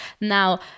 now